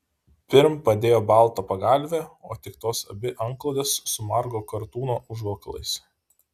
pirm padėjo baltą pagalvę o tik tos abi antklodes su margo kartūno užvalkalais